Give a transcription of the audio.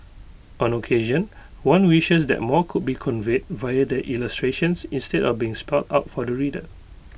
on occasion one wishes that more could be conveyed via the illustrations instead of being spelt out for the reader